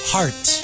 Heart